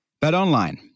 BetOnline